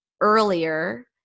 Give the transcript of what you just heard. earlier